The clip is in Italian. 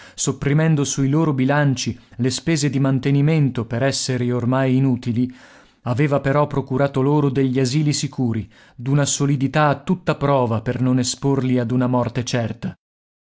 sopprimendo sui loro bilanci le spese di mantenimento per esseri ormai inutili aveva però procurato loro degli asili sicuri d'una solidità a tutta prova per non esporli ad una morte certa